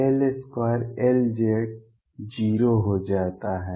L2 Lz 0 हो जाता है